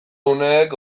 uneek